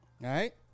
right